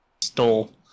stole